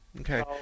okay